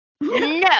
no